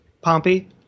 Pompey